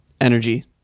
Energy